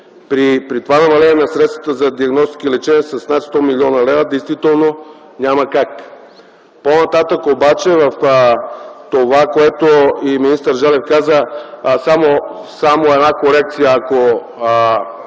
При това намаление на средствата за диагностика и лечение с над 100 млн. лв. действително няма как. По-нататък обаче в това, което и господин Желев каза – само една корекция, ако